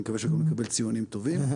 אני מקווה שגם נקבל ציונים טובים.